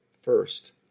first